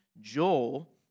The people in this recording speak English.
Joel